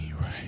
right